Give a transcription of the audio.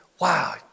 wow